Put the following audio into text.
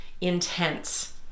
intense